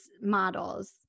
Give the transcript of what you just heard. models